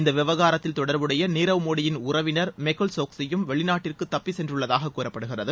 இந்த விவகாரத்தில் தொடர்புடைய நீரவ் மோடியின் உறவினர் மெகுல் சோக்சியும் வெளிநாட்டிற்கு துப்பிச்சென்றுள்ளதாக கூறப்படுகிறது